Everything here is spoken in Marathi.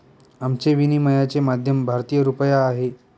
आमचे विनिमयाचे माध्यम भारतीय रुपया आहे